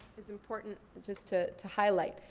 is important just to to highlight.